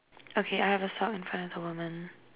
okay I have a sock in front of the woman